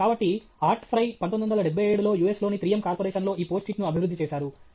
కాబట్టి Art Fry 1974 లో US లోని 3M కార్పొరేషన్లో ఈ పోస్ట్ఇట్ను అభివృద్ధి చేసారు